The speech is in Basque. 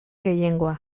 gehiengoa